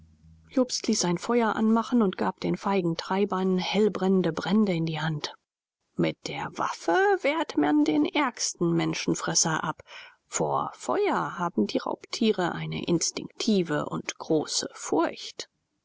jobst ließ ein feuer anmachen und gab den feigen treibern hellbrennende brände in die hand mit der waffe wehrt man den ärgsten menschenfresser ab vor feuer haben die raubtiere eine instinktive und große furcht